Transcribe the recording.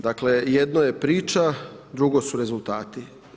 Dakle, jedno je priča, drugo su rezultati.